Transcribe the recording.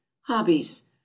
Hobbies